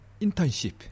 internship